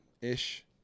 ish